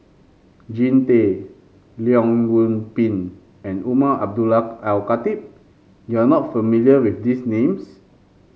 Jean Tay Leong Yoon Pin and Umar Abdullah Al Khatib You are not familiar with these names